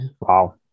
Wow